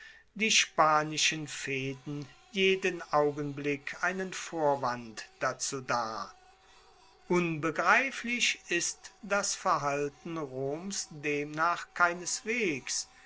die spanischen fehden jeden augenblick einen vorwand dazu dar unbegreiflich ist das verhalten roms demnach keineswegs